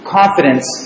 confidence